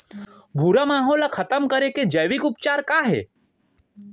भूरा माहो ला खतम करे के जैविक उपचार का हे?